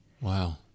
Wow